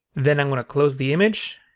then i'm going to close the image,